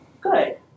Good